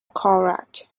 conrad